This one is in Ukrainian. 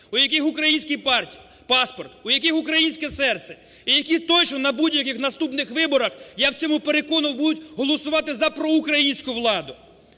у яких український паспорт, у яких українське серце, і які точно на будь-яких наступних виборах, я в цьому переконаний, будуть голосувати за проукраїнську владу.